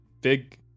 big